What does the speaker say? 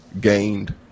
gained